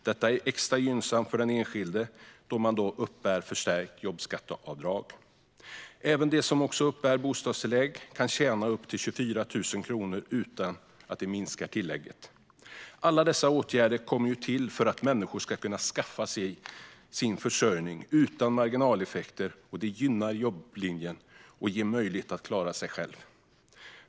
Detta är extra gynnsamt för den enskilde då man uppbär förstärkt jobbskatteavdrag. De som uppbär bostadstillägg kan tjäna upp till 24 000 kronor utan att det minskar tillägget. Alla dessa åtgärder kom till för att människor skulle kunna skaffa sig sin försörjning utan marginaleffekter. Det gynnar jobblinjen och ger människor möjlighet att klara sig själva.